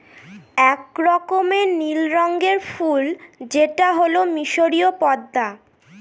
এক রকমের নীল রঙের ফুল যেটা হল মিসরীয় পদ্মা